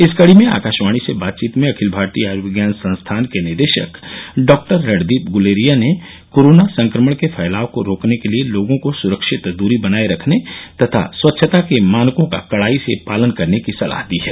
इस कड़ी में आकाशवाणी से बातचीत में अखिल भारतीय आयुर्विज्ञान संस्थान के निदेशक डाक्टर रणदीप गूलेरिया ने कोरोना संक्रमण के फैलाव को रोकने के लिए लोगों को सुरक्षित दरी बनाये रखने तथा स्वच्छता के मानकों का कडाई से पालन करने की सलाह दी है